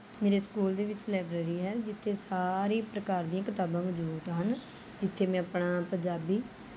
ਮੇਰੇ ਸਕੂਲ ਦੇ ਵਿੱਚ ਲਾਇਬ੍ਰੇਰੀ ਹੈ ਜਿੱਥੇ ਸਾਰੀ ਪ੍ਰਕਾਰ ਦੀਆਂ ਕਿਤਾਬਾਂ ਮੌਜੂਦ ਹਨ ਜਿੱਥੇ ਮੈਂ ਆਪਣਾ ਪੰਜਾਬੀ